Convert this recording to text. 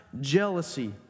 jealousy